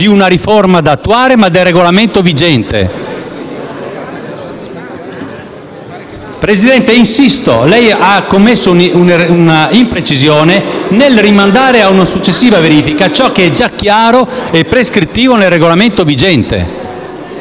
Presidente, insisto, lei ha commesso una imprecisione nel rimandare a una successiva verifica ciò che è già chiaro e prescrittivo nel Regolamento vigente.